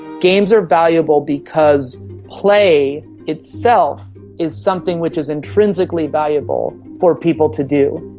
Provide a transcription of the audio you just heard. games are valuable because play itself is something which is intrinsically valuable for people to do.